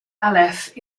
aleph